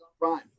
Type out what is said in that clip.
Prime